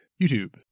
YouTube